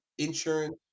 insurance